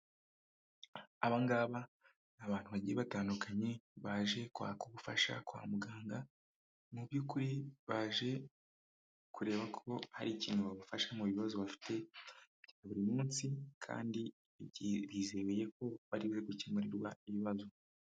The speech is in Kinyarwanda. Abangaba ni abantu bagiye batandukanye baje kwaka ubufasha kwa muganga mu by'ukuri baje kureba ko hari ikintu babafasha mu bibazo bafite bya buri munsi kandi bizeye ko bariwe gukemurirwa ibibazo.